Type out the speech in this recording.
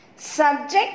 Subject